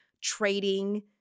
trading